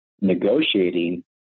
negotiating